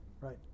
Right